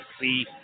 see